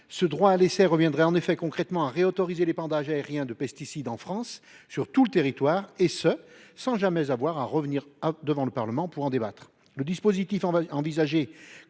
ce droit à l’essai reviendrait, concrètement, à réautoriser l’épandage aérien de pesticides en France sur tout le territoire, et ce sans jamais avoir à revenir devant le Parlement pour en débattre.